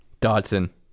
Dodson